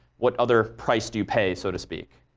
what other price do you pay, so to speak?